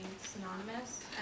synonymous